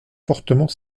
fortement